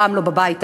גם לא בבית היהודי,